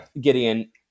Gideon